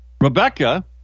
Rebecca